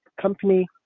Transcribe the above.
company